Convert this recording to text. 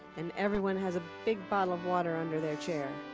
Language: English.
and everyone has a big bottle of water under their chair.